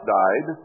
died